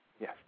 Yes